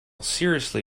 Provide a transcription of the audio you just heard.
seriously